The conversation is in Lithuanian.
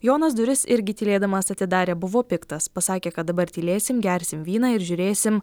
jonas duris irgi tylėdamas atidarė buvo piktas pasakė kad dabar tylėsim gersim vyną ir žiūrėsim